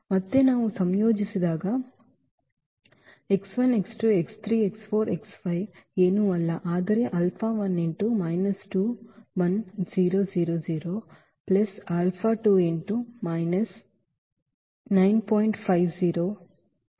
ಮತ್ತು ನಾವು ಸಂಯೋಜಿಸಿದಾಗ ಏನೂ ಅಲ್ಲ ಆದರೆ